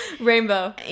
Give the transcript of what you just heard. Rainbow